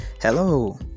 Hello